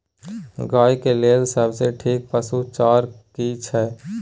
गाय के लेल सबसे ठीक पसु चारा की छै?